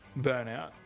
burnout